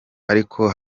ariko